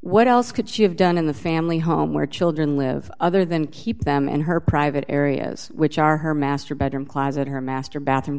what else could she have done in the family home where children live other than keep them in her private areas which are her master bedroom closet her master bathroom